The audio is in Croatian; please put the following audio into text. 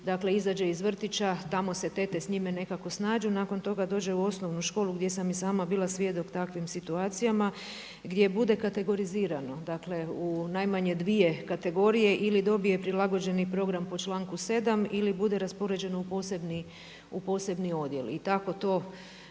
dakle izađe iz vrtića, tamo se tete s njime nekako snađu. Nakon toga dođe u osnovnu školu gdje sam i sama bila svjedok takvim situacijama gdje bude kategorizirano, dakle u najmanje dvije kategorije ili dobije prilagođeni program po članku 7. ili bude raspoređen u posebni odjel. I tako to